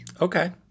Okay